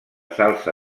salsa